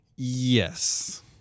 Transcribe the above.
Yes